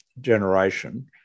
generation